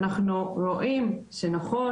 אנחנו רואים שנכון,